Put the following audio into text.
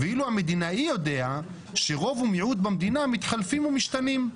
"ואילו המדינאי יודע שרוב ומיעוט במדינה מתחלפים ומשתנים.